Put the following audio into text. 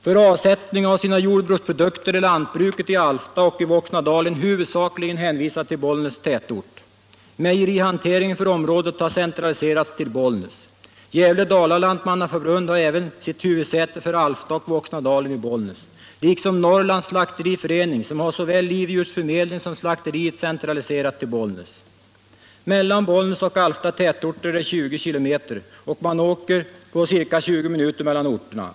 För avsättning av sina jordbruksprodukter är lantbruket i Alfta och Voxnadalen i huvudsak hänvisade till Bollnäs tätort. Mejerihanteringen för området har centraliserats till Bollnäs. Gävle-Dala lantmannaförbund har även sitt huvudsäte för Alfta och Voxnadalen i Bollnäs, liksom Norrlands Slakteriförening, som har såväl livdjursförmedling som slakteriet centraliserat till Bollnäs. Mellan Bollnäs och Alfta tätorter är det 20 km, och man åker på ca 20 minuter mellan orterna.